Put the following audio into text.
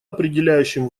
определяющим